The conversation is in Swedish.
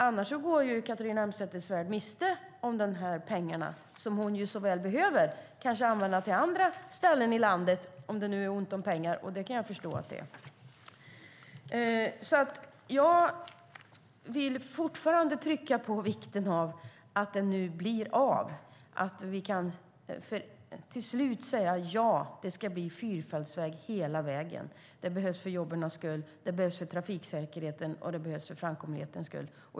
Annars går Catharina Elmsäter-Svärd miste om dessa pengar som hon så väl behöver och kanske kan använda till andra ställen i landet om det nu är ont om pengar, vilket jag kan förstå att det är. Jag fortsätter trycka på vikten av att det blir av, att vi till slut kan säga att det ska bli fyrfältsväg hela vägen. Det behövs för jobben, för trafiksäkerheten och för framkomligheten.